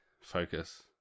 focus